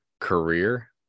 career